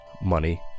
money